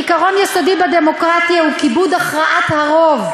עיקרון יסודי בדמוקרטיה הוא כיבוד הכרעת הרוב.